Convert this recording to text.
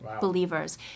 believers